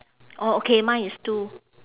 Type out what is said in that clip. orh okay mine is two